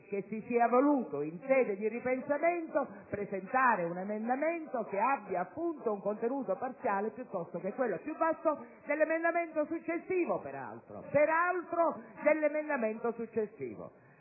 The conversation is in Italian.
che si sia voluto, in sede di ripensamento, presentare un emendamento che abbia appunto un contenuto parziale piuttosto che quello più vasto, peraltro dell'emendamento successivo.